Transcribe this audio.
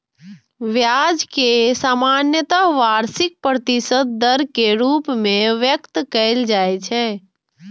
ब्याज कें सामान्यतः वार्षिक प्रतिशत दर के रूप मे व्यक्त कैल जाइ छै